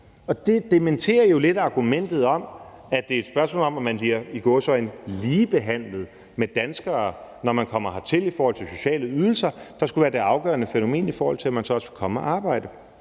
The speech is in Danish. Det dementerer jo lidt argumentet om, at det er et spørgsmål om, om man – i gåseøjne – bliver ligebehandlet med danskere, når man kommer hertil, i forhold til sociale ydelser, der skulle være det afgørende fænomen, i forhold til om man så også vil komme og arbejde.